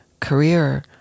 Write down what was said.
career